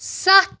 ستھ